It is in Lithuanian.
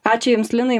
ačiū jums linai